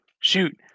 shoot